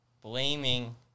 blaming